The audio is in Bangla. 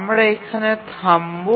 আমরা এখানে থামব